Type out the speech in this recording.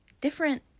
different